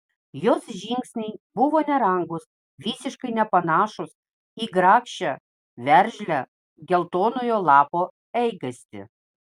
jos žingsniai buvo nerangūs visiškai nepanašūs į grakščią veržlią geltonojo lapo eigastį